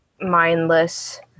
mindless